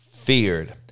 feared